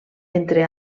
entre